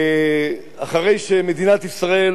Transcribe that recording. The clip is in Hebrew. אחרי שמדינת ישראל,